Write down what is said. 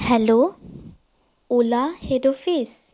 hello Ola head office